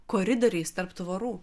koridoriais tarp tvorų